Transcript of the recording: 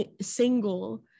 single